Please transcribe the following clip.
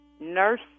nurse